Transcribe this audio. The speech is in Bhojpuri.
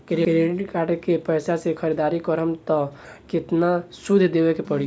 क्रेडिट कार्ड के पैसा से ख़रीदारी करम त केतना सूद देवे के पड़ी?